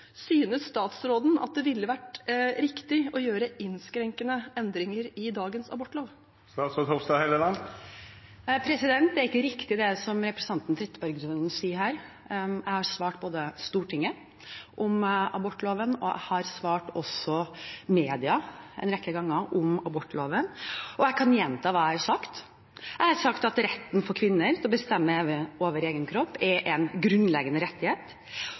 Synes statsråden at det ville ha vært riktig å gjøre innskrenkende endringer i dagens abortlov? Det er ikke riktig, det representanten Trettebergstuen sier her. Jeg har svart Stortinget om abortloven, og jeg har også svart mediene en rekke ganger om abortloven, og jeg kan gjenta hva jeg har sagt. Jeg har sagt at retten for kvinner til å bestemme over egen kropp er en grunnleggende rettighet,